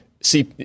see